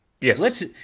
Yes